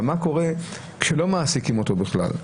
אבל מה קורה כשלא מעסיקים אותו בכלל?